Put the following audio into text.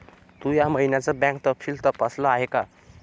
तू या महिन्याचं बँक तपशील तपासल आहे का?